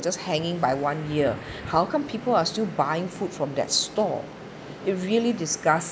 or just hanging by one ear how come people are still buying food from that stall it really disgust